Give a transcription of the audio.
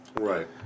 Right